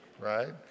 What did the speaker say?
right